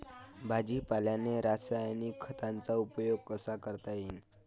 भाजीपाल्याले रासायनिक खतांचा उपयोग कसा करता येईन?